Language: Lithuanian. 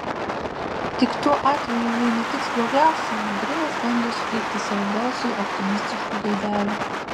tik tuo atveju jei nutiks blogiausia grinas bandė suteikti savo balsui optimistiškų gaidelių